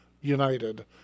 united